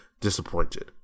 disappointed